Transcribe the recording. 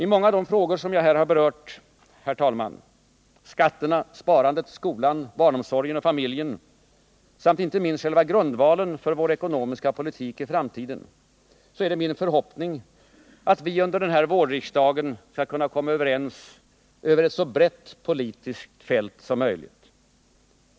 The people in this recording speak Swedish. I många av de frågor som jag här har berört — skatterna, sparandet, skolan, barnomsorgen och familjen samt inte minst själva grundvalen för vår ekonomiska politik i framtiden — är det min förhoppning att vi under den här vårriksdagen skall kunna komma överens över ett så brett politiskt fält som möjligt.